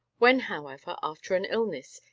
when, however, after an illness,